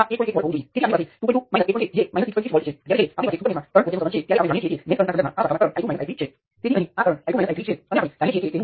આ કહેવું સાચું છે કે કંડક્ટન્સ અનંત છે પરંતુ તમે કોઈપણ ઉપયોગી ગણતરીમાં આ નંબરનો ઉપયોગ કરી શકતા નથી